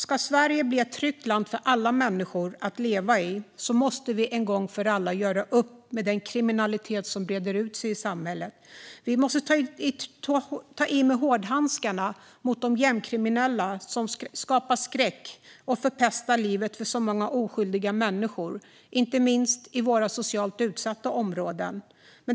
Ska Sverige bli ett tryggt land för alla människor att leva i måste vi en gång för alla göra upp med den kriminalitet som breder ut sig i samhället. Vi måste ta i med hårdhandskarna mot de gängkriminella som sprider skräck och förpestar livet för så många oskyldiga människor, inte minst i våra socialt utsatta områden.